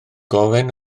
gofyn